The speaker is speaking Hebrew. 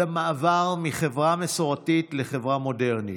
על המעבר מחברה מסורתית לחברה המודרנית,